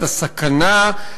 את הסכנה,